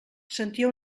sentia